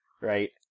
right